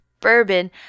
bourbon